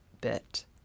bit